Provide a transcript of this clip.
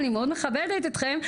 אני מאוד מכבדת אותכם,